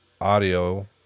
audio